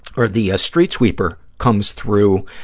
or the ah street sweeper comes through,